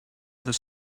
other